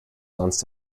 sonst